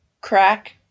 crack